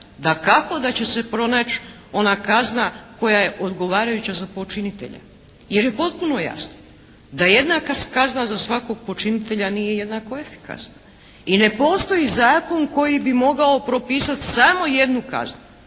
dakako da će se pronaći ona kazna koja je odgovarajuća za počinitelje. Jer je potpuno jasno da jednaka kazna za svakog počinitelja nije jednako efikasna. Jer ne postoji zakon koji bi mogao propisati samo jednu kaznu.